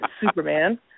Superman